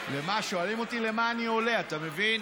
שואלים אותי למה אני עולה, אתה מבין?